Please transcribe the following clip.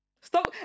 Stop